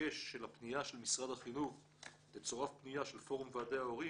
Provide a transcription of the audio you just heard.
מבקש שלפניה של משרד החינוך תצורף פניה של פורום ועדי ההורים